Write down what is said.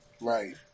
Right